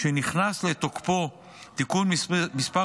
כשנכנס לתוקפו תיקון מס'